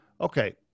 okay